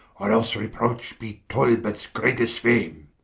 or else reproach be talbots greatest fame.